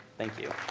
thank you.